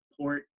port